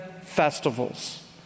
festivals